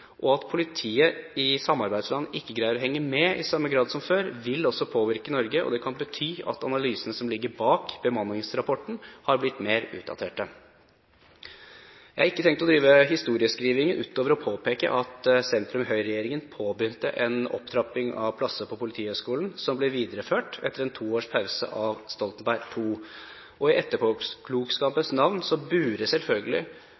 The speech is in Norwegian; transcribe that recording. At politiet i samarbeidsland ikke greier å henge med i samme grad som før, vil også påvirke Norge. Det kan bety at analysene som ligger bak bemanningsrapporten, har blitt mer utdaterte. Jeg har ikke tenkt å drive historieskriving utover å påpeke at sentrum–Høyre-regjeringen påbegynte en opptrapping av plasser på Politihøgskolen som ble videreført etter en to års pause av Stoltenberg II. I etterpåklokskapens navn burde selvfølgelig